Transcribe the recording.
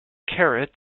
carrots